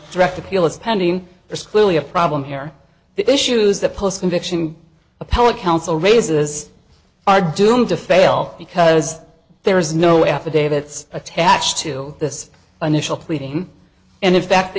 direct appeal is pending there's clearly a problem here the issues that post conviction appellate counsel raises are doomed to fail because there is no affidavits attached to this initial pleading and in fact the